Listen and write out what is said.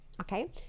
okay